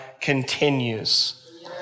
continues